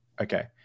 Okay